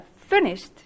finished